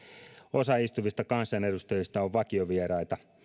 osa istuvista kansanedustajista on vakiovieraita